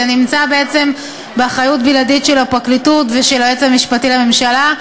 זה נמצא בעצם באחריות בלעדית של הפרקליטות ושל היועץ המשפטי לממשלה.